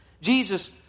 Jesus